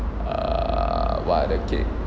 err what other cake